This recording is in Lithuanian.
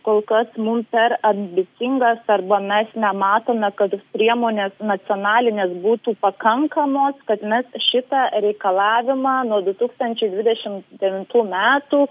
kol kas mum per ambicingas arba mes nematome kad priemonės nacionalinės būtų pakankamos kad mes šitą reikalavimą nuo du tūkstančiai dvidešimt devintų metų